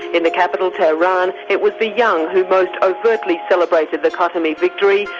in the capital tehran it was the young who most overtly celebrated the khatami victory,